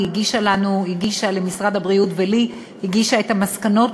והיא הגישה למשרד הבריאות ולי את המסקנות,